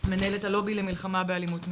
מנהלת הלובי למלחמה באלימות מינית.